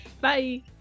Bye